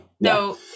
no